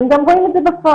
והם גם רואים את זה בפועל.